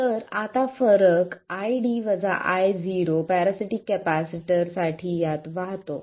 तर आता फरक ID Io पॅरासिटीक कॅपेसिटर साठी यात वाहतो